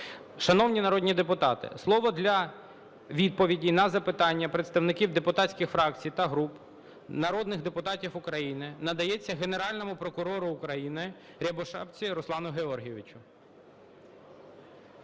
Шановні народні депутати, слово для відповідей на запитання представників депутатських фракцій та груп, народних депутатів України надається Генеральному прокурору України Рябошапці Руслану Георгійовичу.